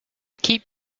keep